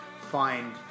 find